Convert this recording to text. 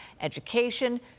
education